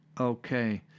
Okay